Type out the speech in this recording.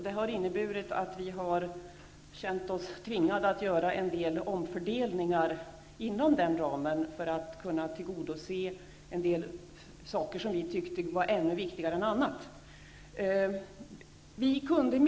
Det har inneburit att vi har känt oss tvingade att göra en del omfördelningar inom den ramen för att kunna tillgodose önskemål som vi tycker är ännu viktigare än andra.